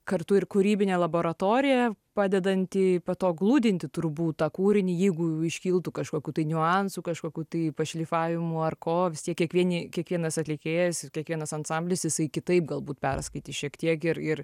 kartu ir kūrybinė laboratorija padedantį po to glūdintį turbūt tą kūrinį jeigu iškiltų kažkokių tai niuansų kažkokių tai pašlifavimų ar ko vis tiek kiekvieni kiekvienas atlikėjas ir kiekvienas ansamblis jisai kitaip galbūt perskaitys šiek tiek ir ir